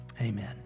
Amen